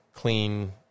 clean